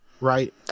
right